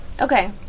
Okay